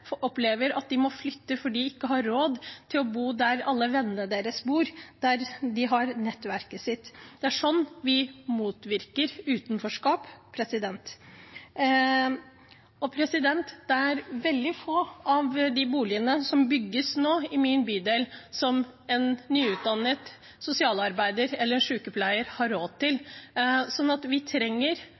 opplever at de må flytte fordi de ikke har råd til å bo der alle vennene deres bor – der de har nettverket sitt. Det er slik vi motvirker utenforskap. Det er veldig få av de boligene som bygges i min bydel nå, som en nyutdannet sosialarbeider eller sykepleier har råd til. Vi trenger